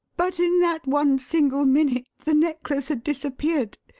but in that one single minute the necklace had disappeared.